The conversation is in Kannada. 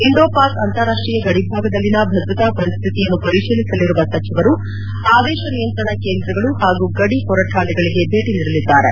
ಇಂಡೋ ಪಾಕ್ ಅಂತಾರಾಷ್ಸೀಯ ಗಡಿಭಾಗದಲ್ಲಿನ ಭದ್ರತಾ ಪರಿಸ್ಲಿತಿಯನ್ನು ಪರಿಶೀಲಿಸಲಿರುವ ಸಚಿವರು ಆದೇಶ ನಿಯಂತ್ರಣ ಕೇಂದ್ರಗಳು ಹಾಗೂ ಗಡಿ ಹೊರಕಾಣೆಗಳಿಗೆ ಭೇಟಿ ನೀಡಲಿದ್ದಾರೆ